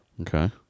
Okay